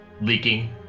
leaking